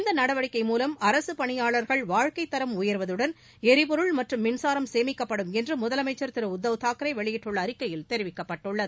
இந்த நடவடிக்கை மூலம் அரசுப் பணியாளர்கள் வாழ்க்கைத் தரம் உயர்வதுடன் எரிபொருள் மற்றும் மின்சாரம் சேமிக்கப்படும் என்று முதலமைச்சர் திரு உத்தவ் தாக்ரே வெளியிட்டுள்ள அறிக்கையில் தெரிவிக்கப்பட்டுள்ளது